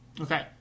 Okay